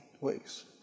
weeks